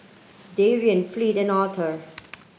Darion Fleet and Authur